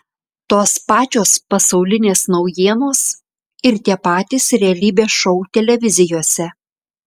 tos pačios pasaulinės naujienos ir tie patys realybės šou televizijose